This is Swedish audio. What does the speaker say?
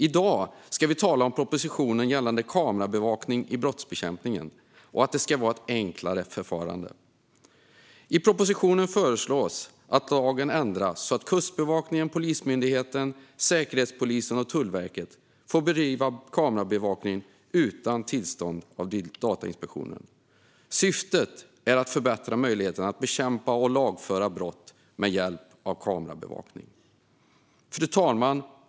I dag ska vi tala om propositionen Kamerabevakning i brottsbekämpningen - ett enklare förfarande . I propositionen föreslås att lagen ändras så att Kustbevakningen, Polismyndigheten, Säkerhetspolisen och Tullverket får bedriva kamerabevakning utan tillstånd av Datainspektionen. Syftet är att förbättra möjligheten att bekämpa och lagföra brott med hjälp av kamerabevakning. Fru talman!